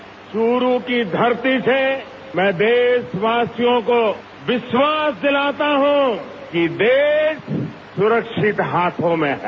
आज चुरू की धरती से मैं देशवासियों को विश्वास दिलाता हूं कि देश सुरक्षित हाथों में हैं